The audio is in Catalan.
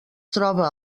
troba